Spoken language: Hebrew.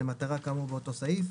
למטרה כאמור באותו סעיף,